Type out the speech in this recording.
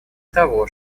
того